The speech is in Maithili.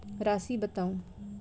राशि बताउ